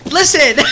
listen